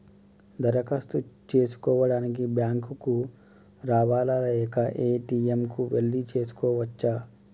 దరఖాస్తు చేసుకోవడానికి బ్యాంక్ కు రావాలా లేక ఏ.టి.ఎమ్ కు వెళ్లి చేసుకోవచ్చా?